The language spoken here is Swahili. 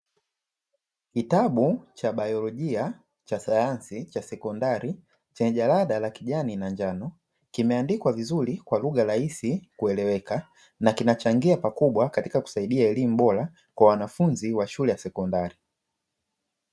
Kitabu cha baiolojia cha sayansi cha sekondari, chenye jalada la kijani na njano, kimeandikwa vizuri kwa lugha raisi kueleweka na kinachangia pakubwa katika kuchangia elimu bora kwa wanafunzi wa shule ya sekondari.